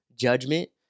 judgment